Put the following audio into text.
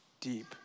deep